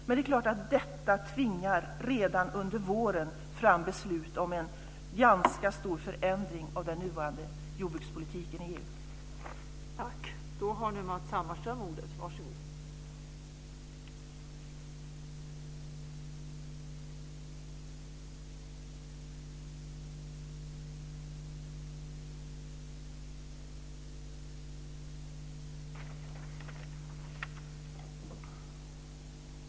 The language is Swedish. Men detta tvingar fram beslut om en ganska stor förändring av den nuvarande jordbrukspolitiken i EU redan under våren.